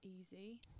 easy